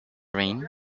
rain